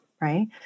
right